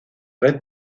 red